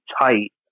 tight